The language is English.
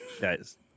guys